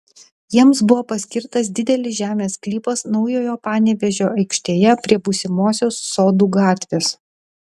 jiems buvo paskirtas didelis žemės sklypas naujojo panevėžio aikštėje prie būsimosios sodų gatvės